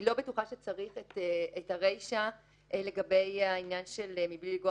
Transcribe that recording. אני לא בטוחה שצריך את הרישא לגבי העניין של "מבלי לגרוע